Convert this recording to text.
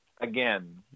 again